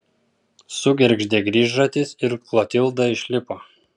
sugergždė grįžratis ir klotilda išlipo